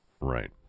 Right